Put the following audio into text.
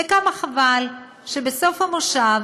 וכמה חבל שבסוף המושב